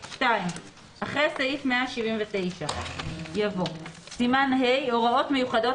" (2)אחרי סעיף 179 יבוא: "סימן ה': הוראות מיוחדות